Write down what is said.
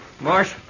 Marsh